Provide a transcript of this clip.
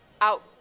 out